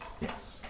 Yes